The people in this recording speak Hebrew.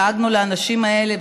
דאגנו לאנשים האלה,